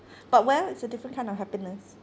but well it's a different kind of happiness